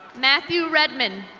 matthew redman.